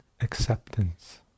acceptance